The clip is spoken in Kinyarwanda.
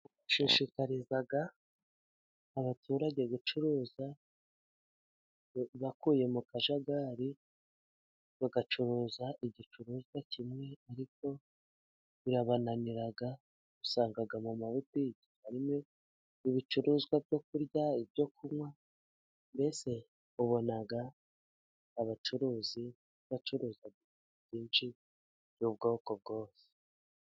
Bashishikariza abaturage gucuruza bavuye mu kajagari, bagacuruza igicuruzwa kimwe ariko birabananira. Usanga mu mabutike harimo ibicuruzwa byo kurya ibyo kunwa, mbese ubona abacuruzi bacuruza ibintu byinshi by'ubwoko bwose.